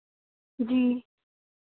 जी